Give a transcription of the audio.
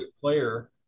player